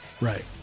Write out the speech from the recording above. right